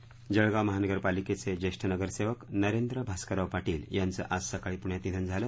निधन जळगाव महानगरपालिकेचे जेष्ठ नगरसेवक नरेंद्र भास्करराव पाटील यांचं आज सकाळी पुण्यात निधन झालं